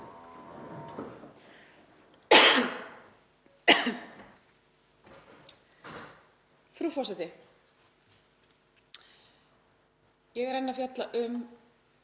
Frú forseti. Ég er enn að fjalla um